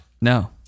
No